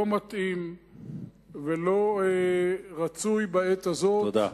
לא מתאים ולא רצוי בעת הזאת,